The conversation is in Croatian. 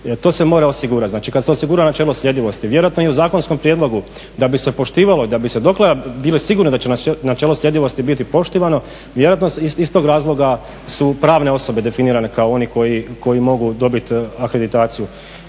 To se mora osigurati. Znači kad se osigura načelo sljedivosti vjerojatno i u zakonskom prijedlogu da bi se poštivalo i da bi se do kraja bilo sigurno da će načelo sljedivosti biti poštivano vjerojatno iz tog razloga su pravne osobe definirane kao oni koji mogu dobiti akreditaciju.